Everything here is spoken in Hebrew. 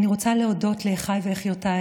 אני רוצה להודות לאחיי ואחיות,